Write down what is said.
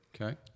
Okay